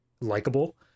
likable